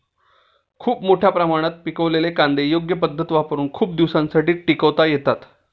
खूप मोठ्या प्रमाणात पिकलेले कांदे योग्य पद्धत वापरुन खूप दिवसांसाठी टिकवता येतात